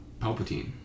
Palpatine